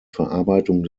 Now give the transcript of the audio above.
verarbeitung